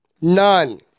None